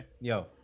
Yo